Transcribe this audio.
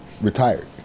retired